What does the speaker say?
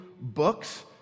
books